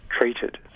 treated